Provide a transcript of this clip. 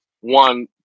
one